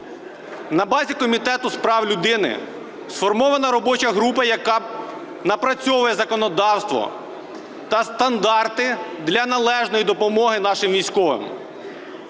На базі Комітету з прав людини сформована робоча група, яка напрацьовує законодавство та стандарти для належної допомоги нашим військовим.